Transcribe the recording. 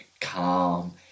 calm